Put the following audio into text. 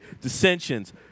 dissensions